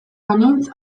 banintz